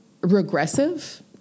regressive